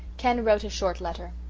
ken wrote a short letter.